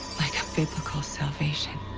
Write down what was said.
like a biblical salvation.